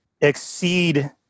exceed